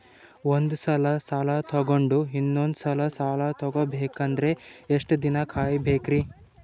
ಒಂದ್ಸಲ ಸಾಲ ತಗೊಂಡು ಇನ್ನೊಂದ್ ಸಲ ಸಾಲ ತಗೊಬೇಕಂದ್ರೆ ಎಷ್ಟ್ ದಿನ ಕಾಯ್ಬೇಕ್ರಿ?